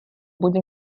будь